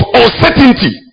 uncertainty